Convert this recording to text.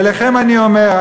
אליכם אני אומר,